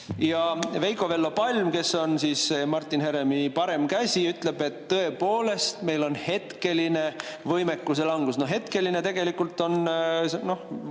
Veiko‑Vello Palm, kes on Martin Heremi parem käsi, ütleb, et tõepoolest, meil on hetkeline võimekuse langus. No "hetkeline" on tegelikult veniv